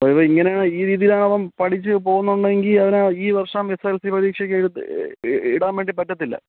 ഇത് ഇങ്ങനെയാണ് ഈ രീതീലാണ് അവൻ പഠിച്ചു പോകുന്നത് എന്നുണ്ടെങ്കിൽ അവനെ ഈ വർഷം എസ് എസ് എൽ സി പരീക്ഷയ്ക്ക് എഴുത്ത് ഇടാൻ വേണ്ടി പറ്റത്തില്ല